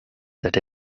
that